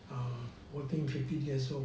err working fifteen years old